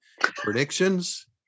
predictions